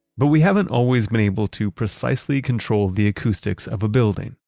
but we haven't always been able to precisely control the acoustics of a building.